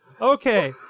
Okay